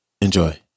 Enjoy